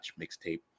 mixtape